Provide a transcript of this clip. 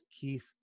Keith